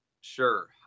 Sure